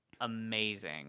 amazing